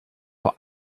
vor